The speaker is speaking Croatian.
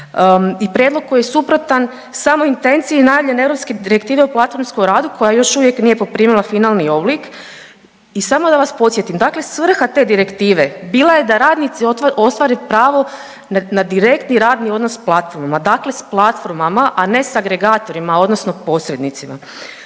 i prijedlog koji je suprotan samoj intenciji najavljene europske direktive o platformskom radu koja još uvijek nije poprimila finalni oblik. I samo da vas podsjetim, dakle svrha te direktive bila je da radnici ostvare pravo na direktni radni odnos s platformama, dakle s platformama a ne sa agregatorima odnosno posrednicima.